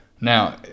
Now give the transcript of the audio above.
Now